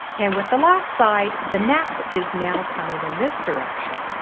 and with the last side the nap is now coming in this direction,